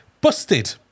Busted